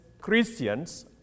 Christians